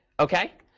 ok.